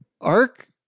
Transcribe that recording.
arc